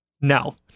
No